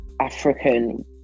african